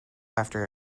after